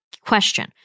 Question